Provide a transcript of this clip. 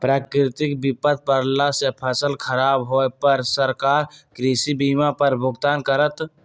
प्राकृतिक विपत परला से फसल खराब होय पर सरकार कृषि बीमा पर भुगतान करत